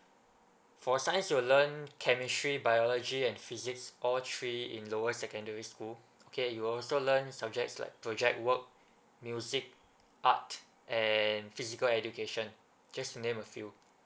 for science you will learn chemistry biology and physics all three in lower secondary school okay u will also learn subjects like project work music art and physical education just name a few